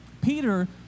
Peter